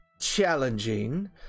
challenging